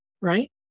Right